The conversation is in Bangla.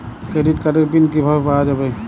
ক্রেডিট কার্ডের পিন কিভাবে পাওয়া যাবে?